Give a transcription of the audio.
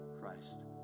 Christ